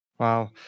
Wow